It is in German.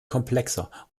komplexer